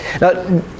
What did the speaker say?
Now